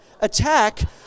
attack